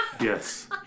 yes